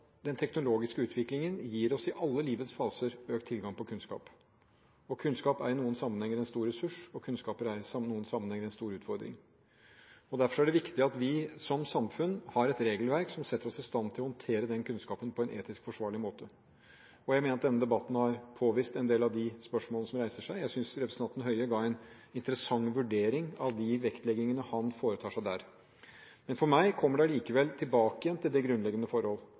den teknologiske utviklingen i alle livets faser gir oss økt tilgang på kunnskap. Kunnskap er i noen sammenhenger en stor ressurs, og kunnskap er i noen sammenhenger en stor utfordring. Derfor er det viktig at vi som samfunn har et regelverk som setter oss i stand til å håndtere den kunnskapen på en etisk forsvarlig måte. Jeg mener at denne debatten har påvist en del av de spørsmål som reiser seg. Jeg synes at representanten Høie ga en interessant vurdering av de vektleggingene han foretar der. For meg kommer det allikevel tilbake til det grunnleggende forhold